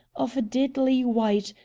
of a deadly white,